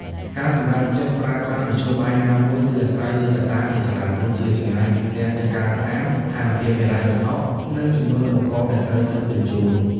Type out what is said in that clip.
ការសម្រេចចិត្តប្រើប្រាស់មធ្យោបាយណាមួយគឺអាស្រ័យលើកត្តាជាច្រើនដូចជាចម្ងាយពីផ្ទះទៅការដ្ឋាន ស្ថានភាពហិរញ្ញវត្ថុ និងចំនួនឧបករណ៍ដែលត្រូវដឹកជញ្ជូន។